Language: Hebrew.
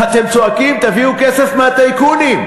אתם צועקים: תביאו כסף מהטייקונים.